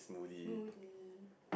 smoothie